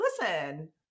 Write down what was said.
listen